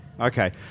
Okay